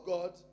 God